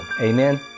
Amen